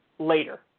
later